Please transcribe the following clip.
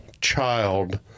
child